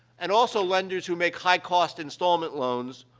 and also lenders who make high-cost installment loans,